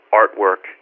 artwork